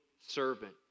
servant